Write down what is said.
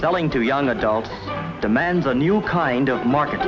selling to young adult demands a new kind of market